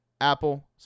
Apple